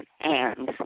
hands